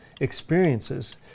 experiences